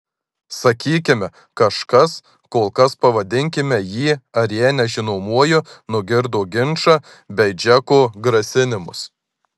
sakykime kažkas kol kas pavadinkime jį ar ją nežinomuoju nugirdo ginčą bei džeko grasinimus